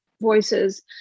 voices